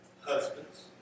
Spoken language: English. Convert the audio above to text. husbands